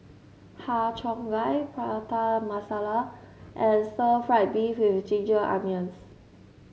Har Cheong Gai Prata Masala and Stir Fried Beef with Ginger Onions